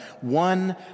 One